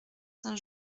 saint